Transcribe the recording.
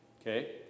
Okay